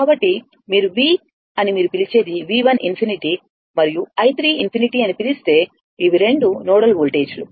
కాబట్టి మీరు V అని మీరు పిలిచేది V1 ∞ మరియు i 3 ∞ అని పిలుస్తే ఇవి రెండు నోడల్ వోల్టేజ్లు